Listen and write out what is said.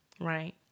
Right